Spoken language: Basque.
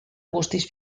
guztiz